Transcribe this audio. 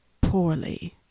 poorly